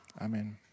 Amen